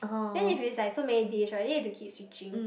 then if it's like so many days right then you have to keep switching